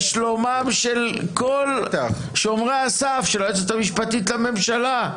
לשלומם של כל שומרי הסף: של היועצת המשפטית לממשלה.